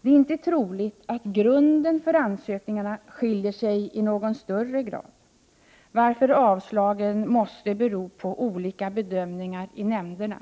Det är inte troligt att grunden för ansökningarna skiljer sig i någon större utsträckning, varför avslagen måste bero på olika bedömningar i nämnderna.